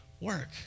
work